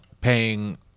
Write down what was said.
paying